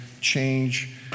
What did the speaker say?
change